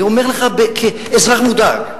אני אומר לך כאזרח מודאג.